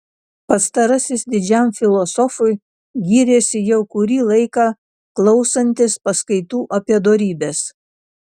pastarasis didžiam filosofui gyrėsi jau kurį laiką klausantis paskaitų apie dorybes